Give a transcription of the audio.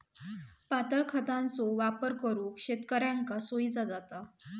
पातळ खतांचो वापर करुक शेतकऱ्यांका सोयीचा जाता